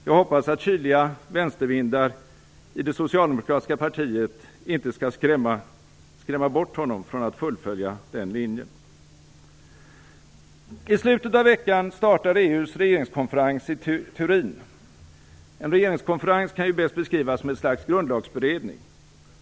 Jag hoppas att kyliga vänstervindar i det socialdemokratiska partiet inte skall skrämma honom från att fullfölja den linjen. I slutet av denna vecka startar EU:s regeringskonferens i Turin. En regeringskonferens kan bäst beskrivas som ett slags grundlagsberedning.